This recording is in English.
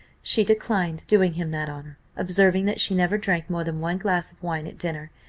she declined doing him that honour observing that she never drank more than one glass of wine at dinner,